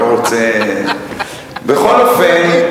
בכל אופן,